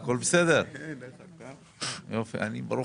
יאיר לפיד היה שר האוצר ואני הייתי יושב